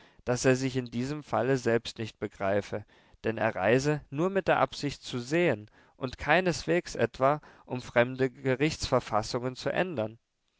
daß er sich in diesem falle selbst nicht begreife denn er reise nur mit der absicht zu sehen und keineswegs etwa um fremde gerichtsverfassungen zu ändern